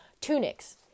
tunics